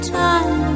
time